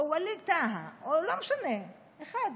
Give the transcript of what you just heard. או ווליד טאהא, או לא משנה, אחד,